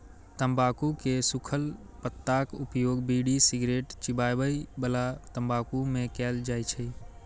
तंबाकू के सूखल पत्ताक उपयोग बीड़ी, सिगरेट, चिबाबै बला तंबाकू मे कैल जाइ छै